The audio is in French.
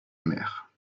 amère